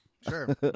Sure